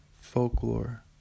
Folklore